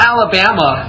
Alabama